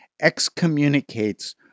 excommunicates